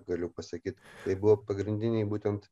galiu pasakyt tai buvo pagrindiniai būtent